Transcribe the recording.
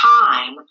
time